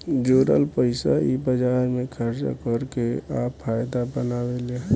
जोरल पइसा इ बाजार मे खर्चा कर के आ फायदा बनावेले